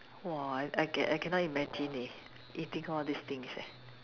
!wah! I I ca~ I cannot imagine eh eating all these things eh